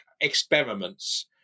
experiments